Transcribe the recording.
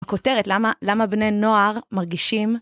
הכותרת למה למה בני נוער מרגישים.